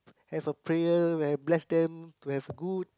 have a prayer will bless them to have good